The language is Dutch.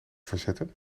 verzetten